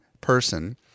person